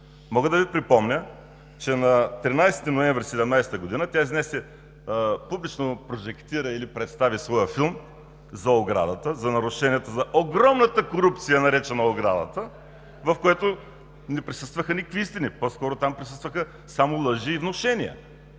Мога да Ви припомня, че на 13 ноември 2017 г. тя изнесе, публично прожектира или представи своя филм за оградата, за нарушенията, за огромната корупция, наречена „оградата“, в който не присъстваха никакви истини. По-скоро там присъстваха само лъжи и внушения,